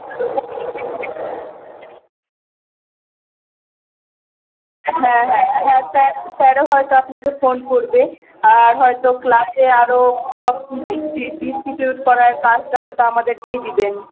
হ্যাঁ হ্যাঁ স্যার স্যারও হয়তো আপনাকে ফোন করবে আর হয়তো ক্লাসে আরো সব ডিস্ট্রিবিউট করার কাজটা হয়তো আমাদেরকেই দিবেন